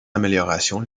améliorations